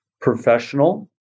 professional